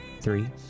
three